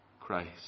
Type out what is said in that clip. Christ